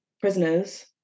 prisoners